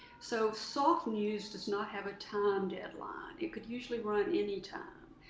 so soft news does not have a time deadline. it could usually run any time.